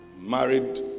married